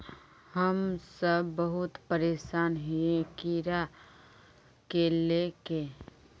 हम सब बहुत परेशान हिये कीड़ा के ले के?